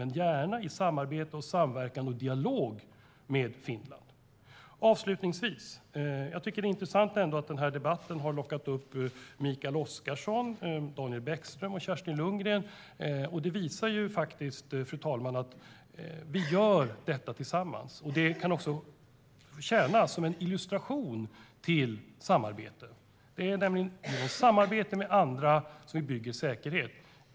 Sedan kan vi gärna samverka, samarbeta och föra en dialog med Finland. Avslutningsvis: Jag tycker att det är intressant att den här debatten har lockat med Mikael Oscarsson, Daniel Bäckström och Kerstin Lundgren. Det visar att vi gör detta tillsammans, och det kan också tjäna som en illustration på samarbete. Det är nämligen i samarbete med andra som vi bygger säkerhet.